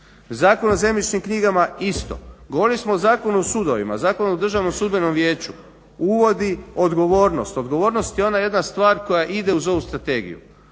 Zakon o zemljišnim knjigama isto. Govorili smo o Zakonu o sudovima, Zakonu o DSV-u, uvodi odgovornost. Odgovornost je ona jedna stvar koja ide uz ovu strategiju.